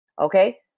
okay